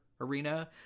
arena